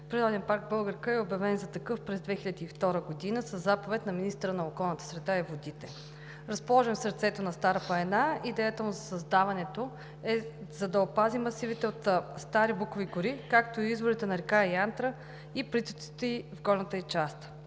Природен парк „Българка“ е обявен за такъв през 2002 г. със заповед на министъра на околната среда и водите. Разположен в сърцето на Стара планина, идеята на създаването му е да опази масивите от стари букови гори, както и изворите на река Янтра и притоците ѝ в горната ѝ част.